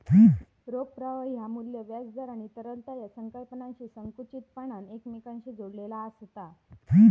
रोख प्रवाह ह्या मू्ल्य, व्याज दर आणि तरलता या संकल्पनांशी संकुचितपणान एकमेकांशी जोडलेला आसत